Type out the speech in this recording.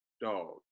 Dog